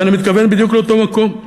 ואני מתכוון בדיוק לאותו מקום.